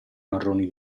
marroni